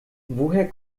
woher